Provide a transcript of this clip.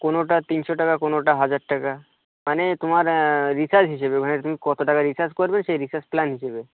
কোনোটা তিনশো টাকা কোনোটা হাজার টাকা মানে তোমার রিচার্জ হিসেবে মানে তুমি কত টাকা রিচার্জ করবে সেই রিচার্জ প্ল্যান হিসেবে